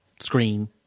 Screen